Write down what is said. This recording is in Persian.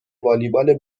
والیبال